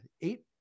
Eight